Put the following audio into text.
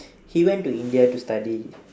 he went to india to study